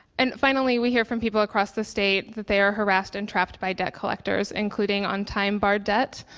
and finally, we hear from people across the state that they are harassed and trapped by debt collectors, including on time-barred debt.